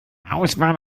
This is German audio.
auswahl